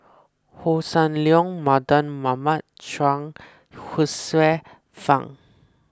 Hossan Leong Mardan Mamat Chuang Hsueh Fang